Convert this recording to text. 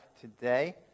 today